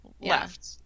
Left